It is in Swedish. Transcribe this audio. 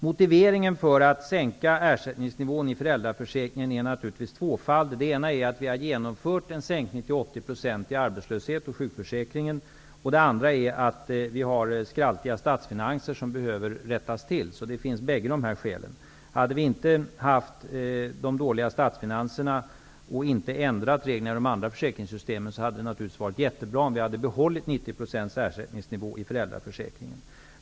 Motiveringen för att sänka ersättningsnivån i föräldraförsäkringen är naturligtvis tvåfaldig. Den ena motiveringen är att vi har genomfört en sänkning till 80 % i arbetslöshets och sjukförsäkringen, och den andra är att vi har skraltiga statsfinanser, som behöver rättas till. Om vi inte hade haft de dåliga statsfinanserna och inte ändrat reglerna i de andra försäkringssystemen, hade det naturligtvis varit mycket bra om vi hade behållt 90 % ersättningsnivå i föräldraförsäkringen.